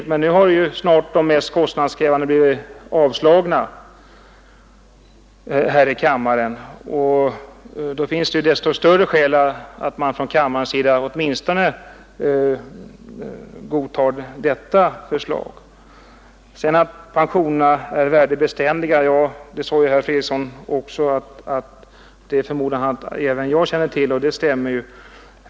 Ja, men nu har ju snart alla de mest kostnadskrävande förslagen blivit avvisade här i kammaren, och då finns det väl desto större skäl för kammaren att åtminstone godta det förslag som vi nu diskuterar. Sedan förmodade herr Fredriksson att också jag väl kände till att pensionerna är värdebeständiga, och det gör jag.